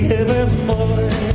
evermore